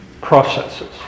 processes